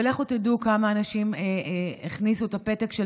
ולכו תדעו כמה אנשים הכניסו את הפתק של